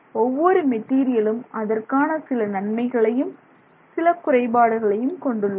ஒவ்வொரு மெட்டீரியலும் அதற்கான சில நன்மைகளையும் சில குறைபாடுகளையும் கொண்டுள்ளது